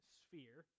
sphere